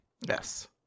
Yes